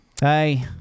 Hey